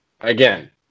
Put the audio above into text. again